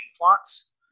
plots